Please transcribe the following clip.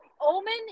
omen